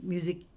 Music